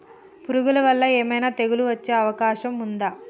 పురుగుల వల్ల ఏమైనా తెగులు వచ్చే అవకాశం ఉందా?